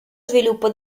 sviluppo